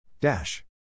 dash